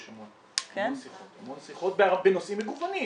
יש המון שיחות בנושאים מגוונים.